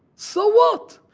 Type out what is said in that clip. so what?